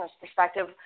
perspective